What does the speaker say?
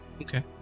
Okay